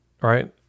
right